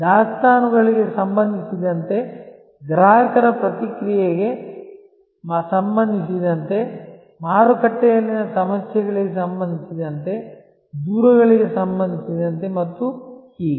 ದಾಸ್ತಾನುಗಳಿಗೆ ಸಂಬಂಧಿಸಿದಂತೆ ಗ್ರಾಹಕರ ಪ್ರತಿಕ್ರಿಯೆಗೆ ಸಂಬಂಧಿಸಿದಂತೆ ಮಾರುಕಟ್ಟೆಯಲ್ಲಿನ ಸಮಸ್ಯೆಗಳಿಗೆ ಸಂಬಂಧಿಸಿದಂತೆ ದೂರುಗಳಿಗೆ ಸಂಬಂಧಿಸಿದಂತೆ ಮತ್ತು ಹೀಗೆ